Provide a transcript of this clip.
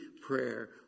prayer